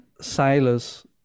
sailors